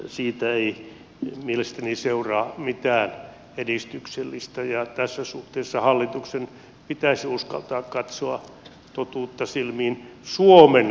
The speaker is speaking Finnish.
siitä ei mielestäni seuraa mitään edistyksellistä ja tässä suhteessa hallituksen pitäisi uskaltaa katsoa totuutta silmiin suomen kannalta